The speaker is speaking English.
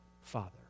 father